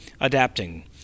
adapting